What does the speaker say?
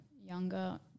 younger